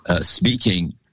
speaking